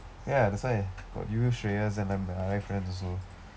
ya that's why what you shreyas and then my R_I friends also